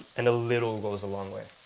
and a little goes a long way.